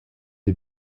les